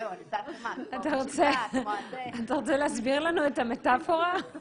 אתה רוצה להסביר לנו את המטאפורה?